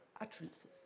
utterances